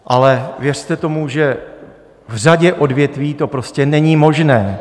Ale věřte tomu, že v řadě odvětví to prostě není možné.